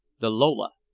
the lola.